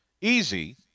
easy